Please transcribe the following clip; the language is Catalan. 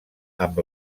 amb